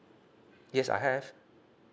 yes I have